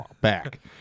back